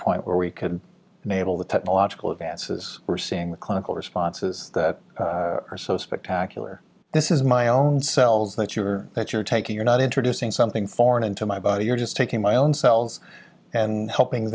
point where we could enable the technological advances we're seeing the clinical responses that are so spectacular this is my own cells that you're that you're taking you're not introducing something foreign into my body you're just taking my own cells and helping